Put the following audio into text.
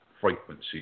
frequency